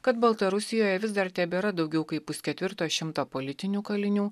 kad baltarusijoje vis dar tebėra daugiau kaip pusketvirto šimto politinių kalinių